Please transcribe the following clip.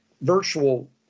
virtual